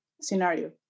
scenario